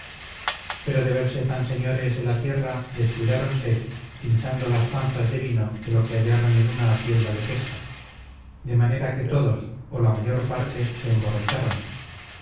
pero de verse tan señores de la tierra descuidáronse hinchando las panzas de vino de lo que hallaron en una hacienda de pesca de manera que todos o la mayor parte se emborracharon